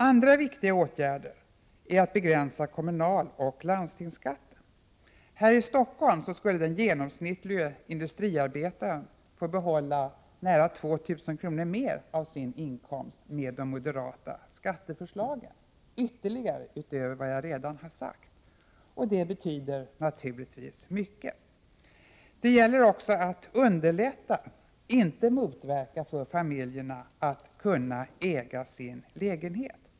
Andra viktiga åtgärder är att kommunaloch landstingsskatten begränsas. Här i Stockholm skulle den genomsnittlige industriarbetaren t.ex. få behålla nära 2 000 kr. mer av sin inkomst med de moderata skatteförslagen utöver det som jag redan har nämnt, och det betyder naturligtvis mycket. Det gäller också att underlätta — inte att motverka — för familjerna att kunna äga sin lägenhet.